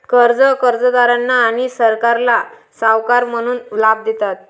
कर्जे कर्जदारांना आणि सरकारला सावकार म्हणून लाभ देतात